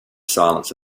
silence